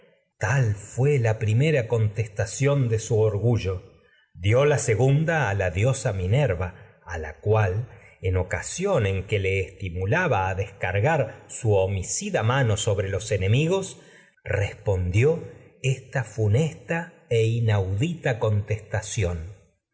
de su fué primera contestación a orgullo dió la segunda que los a la diosa minerva la cual en ocasión en le estimulaba a descargar su homicida mano sobre enemigos respondió esta funesta e inaudita